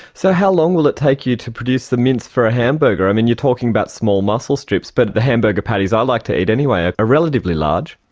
so how long will it take you to produce the mince for a hamburger? i mean, you're talking about small muscle strips, but the hamburger patties i like to eat anyway are relatively large.